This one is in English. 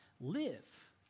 Live